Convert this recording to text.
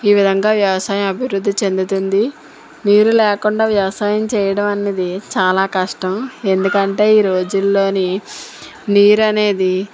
ఈ విధంగా వ్యవసాయం అభివృద్ధి చెందుతుంది నీరు లేకుండా వ్యవసాయం చేయడం అనేది చాలా కష్టం ఎందుకంటే ఈరోజులలో నీరు అనేది